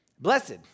Blessed